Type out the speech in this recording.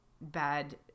bad